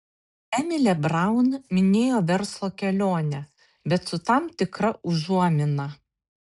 emilė braun minėjo verslo kelionę bet su tam tikra užuomina